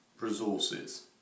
resources